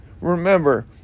Remember